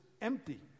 empty